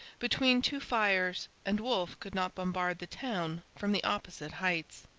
between two fires, and wolfe could not bombard the town from the opposite heights.